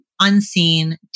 unseen